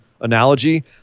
analogy